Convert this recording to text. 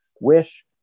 wish